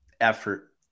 effort